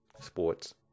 Sports